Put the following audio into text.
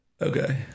Okay